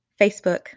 Facebook